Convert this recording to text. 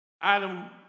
Adam